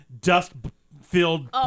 dust-filled